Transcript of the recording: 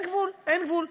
אין גבול, אין גבול.